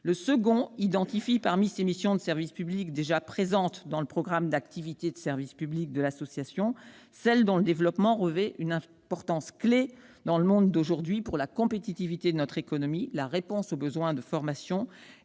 Le second article identifie, parmi les missions de service public déjà présentes dans le programme d'activité de service public de l'association, celles dont le développement revêt une importance clé, dans le monde d'aujourd'hui, pour la compétitivité de notre économie et la réponse aux besoins de formation des personnes. Ces besoins